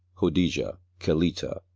hodijah, kelita,